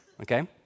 Okay